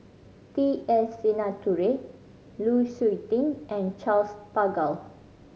T S Sinnathuray Lu Suitin and Charles Paglar